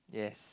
yes